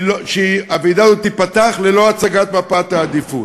שהוועידה הזאת תיפתח ללא הצגת מפת העדיפות.